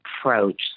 approach